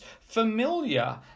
familiar